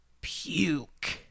puke